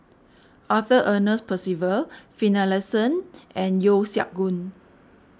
Arthur Ernest Percival Finlayson and Yeo Siak Goon